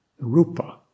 rupa